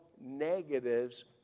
negatives